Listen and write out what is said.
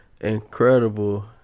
incredible